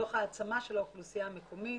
תוך העצמה של האוכלוסייה המקומית